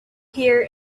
here